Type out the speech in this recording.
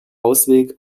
ausweg